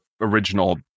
original